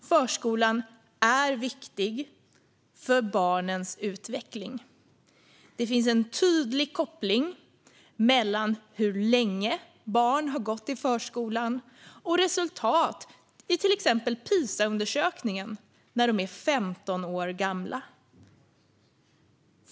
Förskolan är viktig för barnens utveckling. Det finns en tydlig koppling mellan hur länge barn har gått i förskolan och resultat i till exempel PISA-undersökningen när de är 15 år gamla.